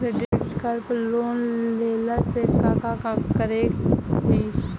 Credit card पर loan लेला से का का करे क होइ?